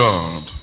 God